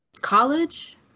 college